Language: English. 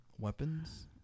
weapons